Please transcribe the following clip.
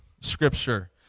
scripture